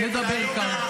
אתה אדם מאוד